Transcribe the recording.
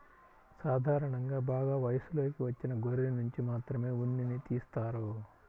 సాధారణంగా బాగా వయసులోకి వచ్చిన గొర్రెనుంచి మాత్రమే ఉన్నిని తీస్తారు